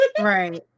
right